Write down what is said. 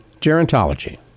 gerontology